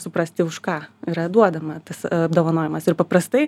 suprasti už ką yra duodama tas apdovanojimas ir paprastai